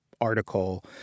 article